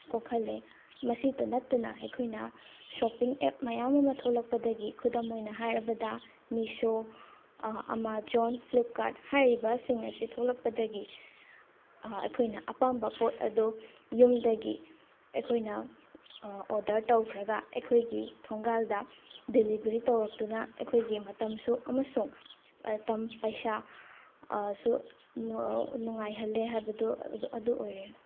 ꯀꯣꯛꯍꯜꯂꯦ ꯃꯁꯤꯇ ꯅꯠꯇꯅ ꯑꯩꯈꯣꯏꯅ ꯁꯣꯞꯄꯤꯡ ꯑꯦꯞ ꯃꯌꯥꯝ ꯑꯃ ꯊꯣꯛꯂꯛꯄꯗꯒꯤ ꯈꯨꯗꯝ ꯑꯣꯏꯅ ꯍꯥꯏꯔꯕꯗ ꯃꯤꯁꯣ ꯑꯃꯥꯖꯣꯟ ꯐ꯭ꯂꯤꯞꯀꯥꯔꯠ ꯍꯥꯏꯔꯤꯕꯁꯤꯡ ꯑꯁꯤ ꯊꯣꯛꯂꯛꯄꯗꯒꯤ ꯑꯩꯈꯣꯏꯅ ꯑꯄꯥꯝꯕ ꯄꯣꯠ ꯑꯗꯨ ꯌꯨꯝꯗꯒꯤ ꯑꯩꯈꯣꯏꯅ ꯑꯣꯔꯗꯔ ꯇꯧꯈ꯭ꯔꯒ ꯑꯩꯈꯣꯏꯒꯤ ꯊꯣꯡꯒꯥꯜꯗ ꯗꯦꯂꯤꯚꯔꯤ ꯇꯧꯔꯛꯇꯨꯅ ꯑꯩꯈꯣꯏꯒꯤ ꯃꯇꯝꯁꯨ ꯑꯃꯁꯨꯡ ꯃꯇꯝ ꯄꯩꯁꯥ ꯁꯨ ꯅꯨꯡꯉꯥꯏꯍꯜꯂꯦ ꯍꯥꯏꯕꯗꯨ ꯑꯗꯣ ꯑꯗꯨ ꯑꯣꯏꯔꯦ